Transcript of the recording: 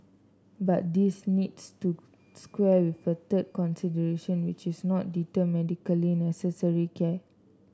but this needs to square with a third consideration which is not deter medically necessary care